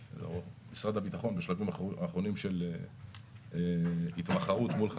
משרד הביטחון בשלבים אחרונים של התמחרות מול חברות,